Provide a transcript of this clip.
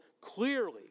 clearly